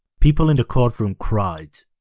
people in the courtroom cried,